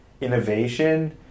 innovation